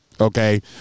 okay